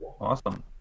Awesome